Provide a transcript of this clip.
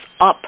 up